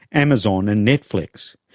amazon and netflix.